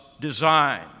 design